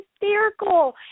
hysterical